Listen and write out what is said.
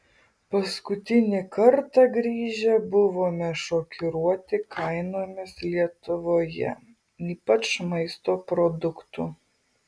paskutinį kartą grįžę buvome šokiruoti kainomis lietuvoje ypač maisto produktų